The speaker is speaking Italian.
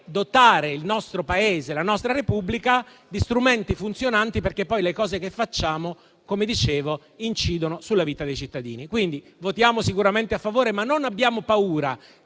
dotare il nostro Paese e la nostra Repubblica di strumenti funzionanti, perché poi le cose che facciamo - come dicevo - incidono sulla vita dei cittadini. Quindi, voteremo sicuramente a favore, ma non abbiamo paura